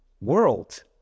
world